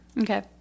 Okay